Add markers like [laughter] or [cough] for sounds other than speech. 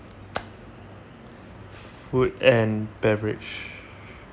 [noise] food and beverage